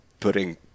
Putting